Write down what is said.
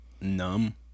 numb